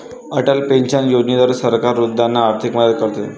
Atal pension योजनेद्वारे सरकार वृद्धांना आर्थिक मदत करते